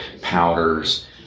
powders